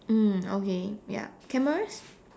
mm okay ya cameras